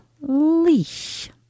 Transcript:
leash